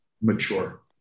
mature